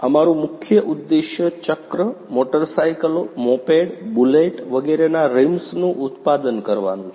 અમારું મુખ્ય ઉદ્દેશ્ય ચક્ર મોટરસાયકલો મોપેડ બુલેટ વગેરેના રિમ્સનું ઉત્પાદન કરવાનું છે